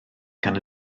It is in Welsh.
gan